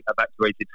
evacuated